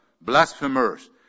blasphemers